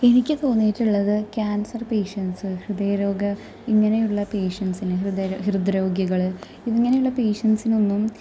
എനിക്ക് തോന്നിയിട്ടുള്ളത് cancer patients ഹൃദയരോഗ ഇങ്ങനെയുള്ള പേഷ്യന്റ്റ്സിന് ഹൃദൃ ഹൃദ്രോഗികൾ ഇങ്ങനെയുള്ള പേഷ്യന്റ്റ്സിനൊന്നും